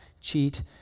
cheat